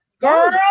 girl